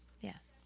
Yes